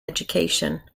education